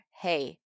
hey